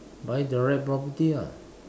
buy the right property ah